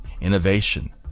innovation